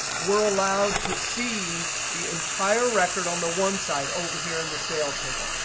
we're allowed to see the entire record on the one side over here in the sales table.